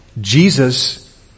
Jesus